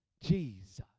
Jesus